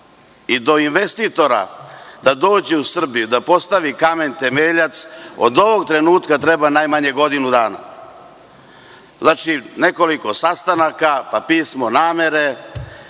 i do investitora da dođe u Srbiju i postavi kamen temeljac od ovog trenutka treba najmanje godinu dana. Znači, nekoliko sastanaka, pa pismo namere,